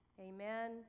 Amen